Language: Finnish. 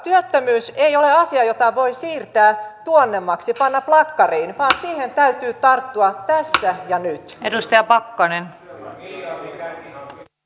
työttömyys ei ole asia jota voi siirtää tuonnemmaksi panna plakkariin vaan siihen täytyy tarttua tässä ja nyt